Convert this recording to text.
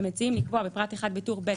מציעים לקבוע בפרט 1 בטור ב',